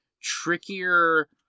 trickier